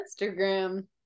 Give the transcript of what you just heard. Instagram